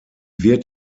wird